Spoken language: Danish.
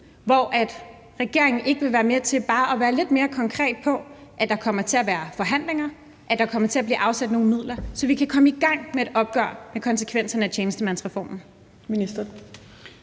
hvor regeringen ikke vil være med til bare at være lidt mere konkret på, at der kommer til at være forhandlinger, og at der kommer til at blive afsat nogle midler, så vi kan komme i gang med et opgør med konsekvenserne af tjenestemandsreformen.